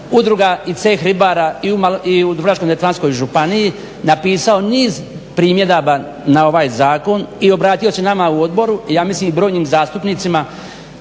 udruga i Ceh ribara i Dubrovačko-neretvanskoj županiji napisao niz primjedaba na ovaj zakon i obratio se nama u oboru i ja m mislim brojnim zastupnicima